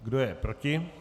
Kdo je proti?